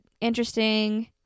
interesting